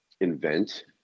invent